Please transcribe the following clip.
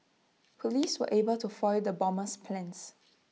Police were able to foil the bomber's plans